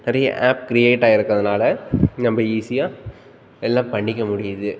நிறைய app create ஆகிருக்கறதுனால நம்ம ஈஸியாக எல்லாம் பண்ணிக்க முடியுது